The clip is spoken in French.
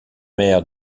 mer